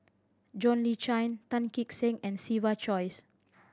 John Le Cain Tan Kee Sek and Siva Choy